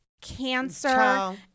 cancer